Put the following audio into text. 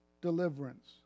deliverance